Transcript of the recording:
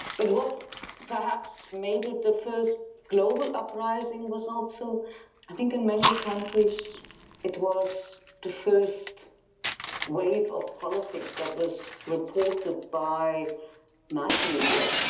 but what perhaps made it the first global uprising was also i think in many countries it was the first wave of politics that was reported by the mass media,